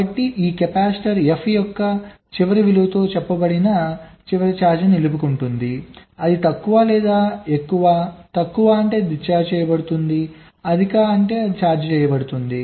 కాబట్టి ఈ capacitor F యొక్క చివరి విలువతో చెప్పబడిన చివరి ఛార్జీని నిలుపుకుంటుంది అది తక్కువ లేదా ఎక్కువ తక్కువ అంటే అది డిశ్చార్జ్ చేయబడింది అధిక అంటే అది ఛార్జ్ చేయబడింది